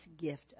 gift